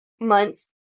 months